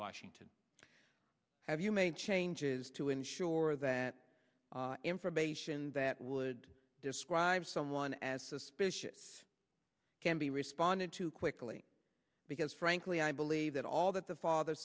washington have you made changes to ensure that information that would describe someone as suspicious can be responded to quickly because frankly i believe that all that the father